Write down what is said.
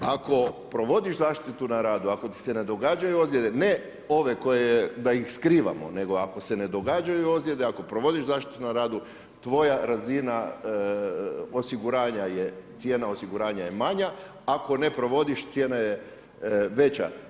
Ako provodiš zaštitu na radu, ako ti se ne događaju ozlijede, ne ove koje ih, da ih skrivamo, nego ako se ne događaju ozlijede, ako provodiš zaštitu na radu, tvoja razina osiguranja je, cijena osiguranja je manja, a ako ne provodiš cijena je veća.